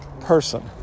person